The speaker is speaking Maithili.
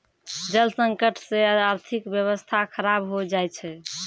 जल संकट से आर्थिक व्यबस्था खराब हो जाय छै